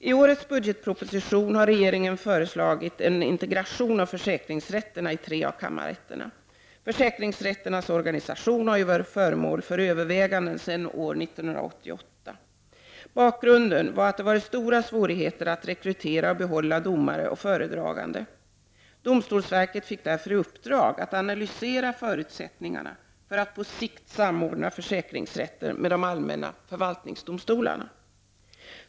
I årets budgetpropositior: har regeringen föreslagit en integration av försäkringsrätterna i tre av kammarrätterna. Försäkringsrätternas organisation har ju varit föremål för överväganden sedan år 1988. Bakgrunden var de stora svårigheterna att rekrytera och behålla domare och föredragande. Domstolsverket fick därför i uppdrag att analysera förutsättningarna för att på sikt samordna försäkringsrätterna med de allmänna förvaltningsdomstolarna.